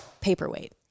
paperweight